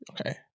okay